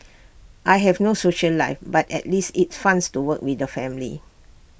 I have no social life but at least it's fangs to work with the family